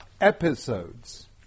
episodes